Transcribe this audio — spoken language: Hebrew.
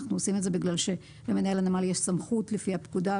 אנחנו עושים את זה בגלל שלמנהל הנמל יש סמכות לפי הפקודה,